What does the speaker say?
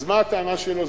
אז מה הטענה שלו?